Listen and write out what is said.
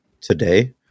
today